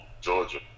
Georgia